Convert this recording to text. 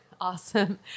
Awesome